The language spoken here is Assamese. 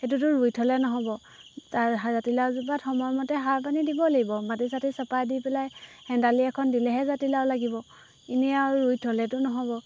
সেইটোতো ৰুই থ'লে নহ'ব জাতিলাওজোপাত সময়মতে সাৰ পানী দিব লাগিব মাটি চাটি চপাই দি পেলাই হেণ্ডালি এখন দিলেহে জাতিলাও লাগিব এনেই আৰু ৰুই থলেতো নহ'ব